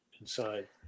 inside